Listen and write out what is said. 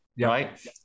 right